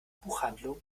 buchhandlung